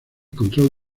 control